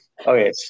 Okay